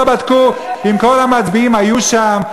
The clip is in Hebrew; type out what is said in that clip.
לא בדקו אם כל המצביעים היו שם,